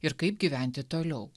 ir kaip gyventi toliau